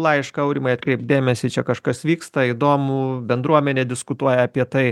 laišką aurimai atkreipk dėmesį čia kažkas vyksta įdomu bendruomenė diskutuoja apie tai